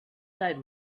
side